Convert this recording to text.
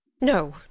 no